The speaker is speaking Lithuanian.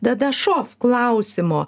tada šov klausimo